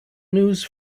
news